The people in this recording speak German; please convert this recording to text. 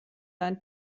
ein